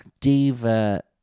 diva